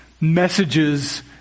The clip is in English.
messages